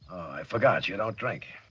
forgot you, don't drink.